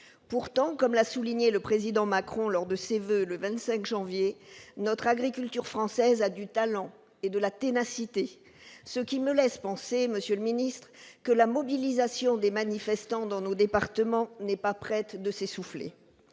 Pourtant, comme l'a souligné le président Macron lors de ses voeux le 25 janvier dernier, l'agriculture française a du talent et de la ténacité. Voilà qui me laisse à penser, monsieur le ministre, que la mobilisation des manifestants dans nos départements n'est pas près de s'essouffler.